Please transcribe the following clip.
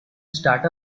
start